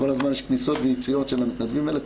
כל הזמן יש כניסות ויציאות של המתנדבים האלה.